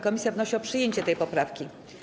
Komisja wnosi o przyjęcie tej poprawki.